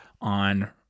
on